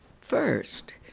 First